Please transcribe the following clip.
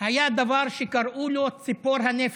היה דבר שקראו לו "ציפור הנפש",